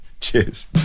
Cheers